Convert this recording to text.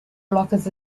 blockers